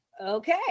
Okay